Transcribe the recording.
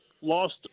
lost